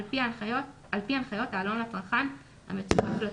על פי הנחיות העלון לצרכן המצורף לתכשיר."